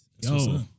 Yo